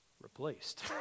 replaced